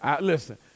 Listen